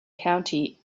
county